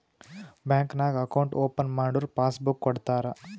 bank ನಾಗ್ account open ಮಾಡುರ್ passbook ಕೊಡ್ತಾರ